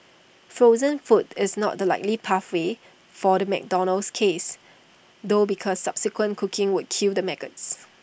frozen food is not the likely pathway for the McDonald's case though because subsequent cooking would kill the maggots